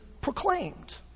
proclaimed